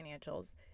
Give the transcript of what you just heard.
financials